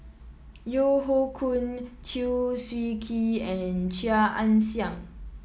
Yeo Hoe Koon Chew Swee Kee and Chia Ann Siang